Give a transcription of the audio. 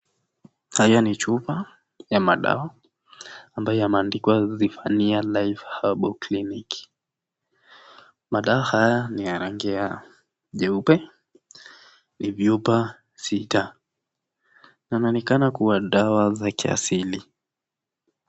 Haya ni chupa ya madawa ambayo yameandikwa Zephania Life Herbal Clinic . Madawa haya ni ya rangi ya jeupe. Ni vyupa sita na inaonekana kuwa dawa za kiasili.